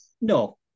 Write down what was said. No